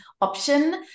option